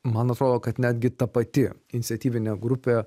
man atrodo kad netgi ta pati iniciatyvinė grupė